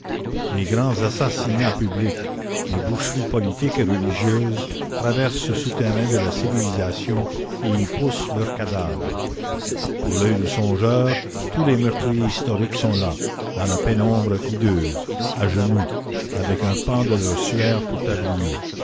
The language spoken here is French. les grands assassinats publics les boucheries politiques et religieuses traversent ce souterrain de la civilisation et y poussent leurs cadavres pour l'oeil du songeur tous les meurtriers historiques sont là dans la pénombre hideuse à genoux avec un pan de leur suaire pour tablier